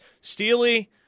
Steely